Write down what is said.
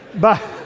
but,